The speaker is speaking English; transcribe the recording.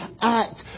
act